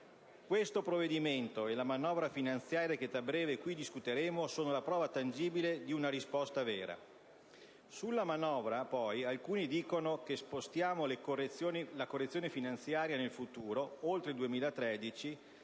Questo provvedimento e la manovra finanziaria che tra breve qui discuteremo sono la prova tangibile di una risposta vera. Sulla manovra, poi, alcuni dicono che spostiamo la correzione finanziaria nel futuro, oltre il 2013